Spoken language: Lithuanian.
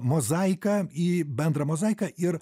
mozaiką į bendrą mozaiką ir